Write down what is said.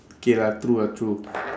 K lah true ah true